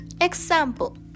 Example